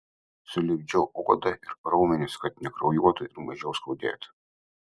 sulipdžiau odą ir raumenis kad nekraujuotų ir mažiau skaudėtų